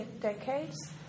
decades